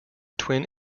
twin